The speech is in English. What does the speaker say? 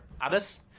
others